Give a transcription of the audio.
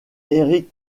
eric